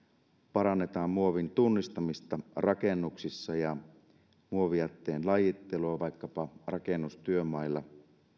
parannetaan muovin tunnistamista rakennuksissa ja muovijätteen lajittelua vaikkapa rakennustyömailla